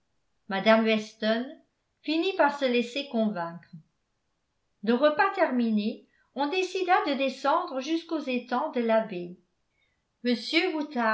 mme weston finit par se laisser convaincre le repas terminé on décida de descendre jusqu'aux étangs de l'abbey